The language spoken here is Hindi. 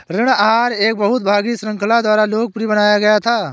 ऋण आहार एक बहु भाग श्रृंखला द्वारा लोकप्रिय बनाया गया था